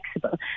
flexible